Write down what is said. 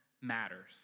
matters